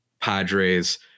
Padres